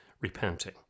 repenting